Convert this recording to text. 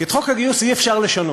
כי את חוק הגיוס אי-אפשר לשנות.